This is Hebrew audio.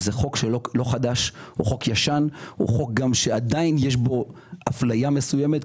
זה חוק ישן שעדיין יש בו אפליה מסוימת,